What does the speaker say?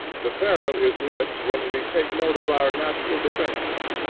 the peril is less when we take note of our natural defences.